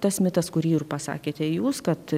tas mitas kurį ir pasakėte jūs kad